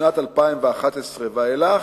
משנת 2011 ואילך,